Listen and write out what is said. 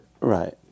right